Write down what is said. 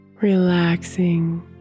Relaxing